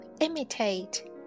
imitate